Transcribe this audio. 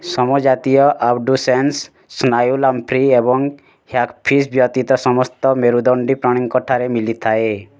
ସମଜାତୀୟ abducens ସ୍ନାୟୁ lamprey ଏବଂ hagfish ବ୍ୟତୀତ ସମସ୍ତ ମେରୁଦଣ୍ଡୀ ପ୍ରାଣୀଙ୍କଠାରେ ମିଲିଥାଏ